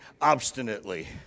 obstinately